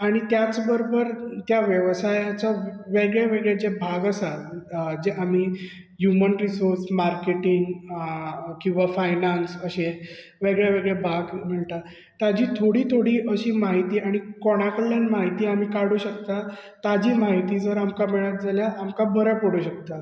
आनी त्याच बरोबर त्या वेवसायेचो वेगळे वेगळे जे भाग आसा जे आमी ह्यूमन रिसोर्स मार्केटींग किंवां फायनान्स अशें वेगळे वेगळे भाग मेळटा ताची थोडी थोडी अशीं म्हयती आणी कोणा कडल्यान म्हायती काडूंक शकता ताची म्हायती जर आमकां मेळत जाल्यार आमकां बऱ्याक पडूंक शकता